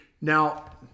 Now